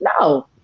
No